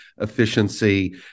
efficiency